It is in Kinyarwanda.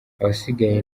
abasigaye